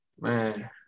Man